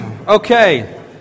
Okay